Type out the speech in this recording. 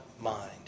mind